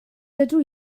dydw